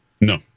No